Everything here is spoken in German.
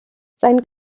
sein